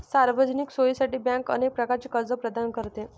सार्वजनिक सोयीसाठी बँक अनेक प्रकारचे कर्ज प्रदान करते